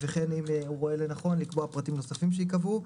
וכן אם הוא רואה לנכון לקבוע פרטים נוספים שייקבעו.